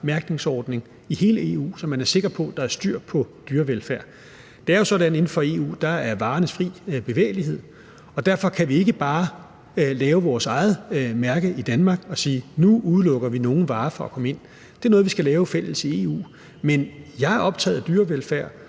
mærkningsordning i hele EU, så man er sikker på, at der er styr på dyrevelfærden. Det er jo sådan, at der inden for EU er varernes fri bevægelighed, og derfor kan vi ikke bare lave vores eget mærke i Danmark og sige, at nu udelukker vi nogle varer fra at komme ind. Det er noget, vi skal lave fælles i EU. Men jeg er optaget af dyrevelfærd,